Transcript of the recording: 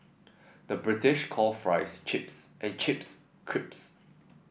the British calls fries chips and chips crisps